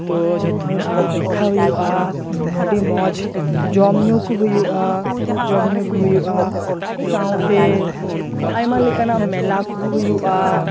ᱛᱚ ᱡᱚᱛᱚ ᱦᱚᱲ ᱥᱟᱛᱮᱫ ᱫᱮᱠᱷᱟ ᱦᱩᱭᱩᱜᱼᱟ ᱟᱹᱰᱤ ᱢᱚᱡᱽ ᱡᱚᱢ ᱧᱩ ᱠᱚ ᱦᱩᱭᱩᱜᱼᱟ ᱡᱚᱢ ᱧᱩ ᱠᱚ ᱦᱩᱭᱩᱜᱼᱟ ᱥᱟᱶᱛᱮ ᱟᱭᱢᱟ ᱞᱮᱠᱟᱱᱟᱜ ᱢᱮᱞᱟ ᱠᱚᱦᱚ ᱦᱩᱭᱩᱜᱼᱟ